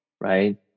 right